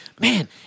man